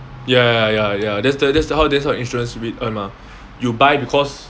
ya ya ya that's the that's how insurance they earn mah you buy because